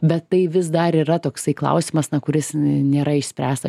bet tai vis dar yra toksai klausimas kuris nėra išspręstas